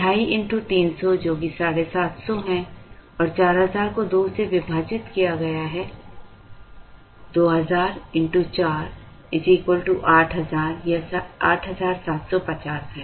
ढाई x 300 जो कि 750 है और 4000 को 2 से विभाजित किया गया है 2000 x 48000 यह 8750 है